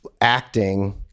acting